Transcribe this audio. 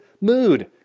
mood